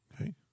Okay